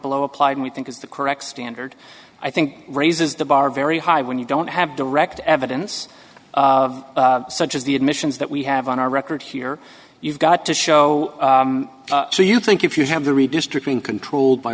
below applied we think is the correct standard i think raises the bar very high when you don't have direct evidence such as the admissions that we have on our record here you've got to show so you think if you have the redistricting controlled by